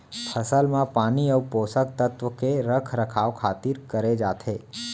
फसल म पानी अउ पोसक तत्व के रख रखाव खातिर करे जाथे